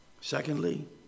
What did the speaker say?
Secondly